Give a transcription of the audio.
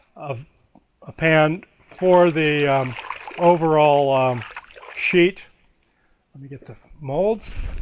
um a pan for the overall um sheet let me get the molds.